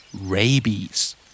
Rabies